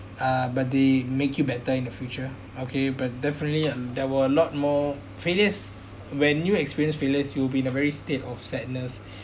um but they make you better in the future okay but definitely um there were a lot more failures when you experience failures you will be in a very state of sadness